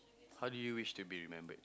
how do you wished to be remembered